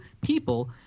people